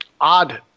odd